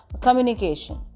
communication